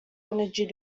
energy